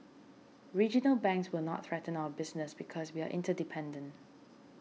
regional banks will not threaten our business because we are interdependent